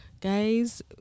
Guys